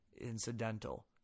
...incidental